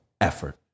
effort